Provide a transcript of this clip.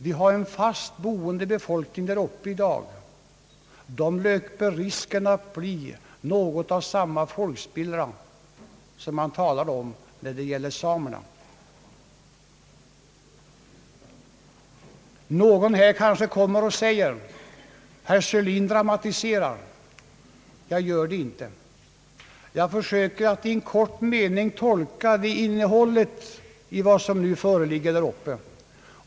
Vi har en fast boende befolkning däruppe i dag. Den löper risken att bli något av samma folkspillra som man talar om när det gäller samerna. Någon säger kanske så här: »Herr Sörlin dramatiserar.» Jag gör inte det. Jag försöker att i en kort framställning ge uttryck för vad man känner däruppe.